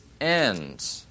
end